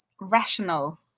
rational